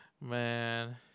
man